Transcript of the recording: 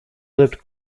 lived